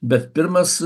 bet pirmas